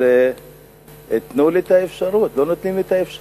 אבל תנו לי את האפשרות, לא נותנים לי את האפשרות.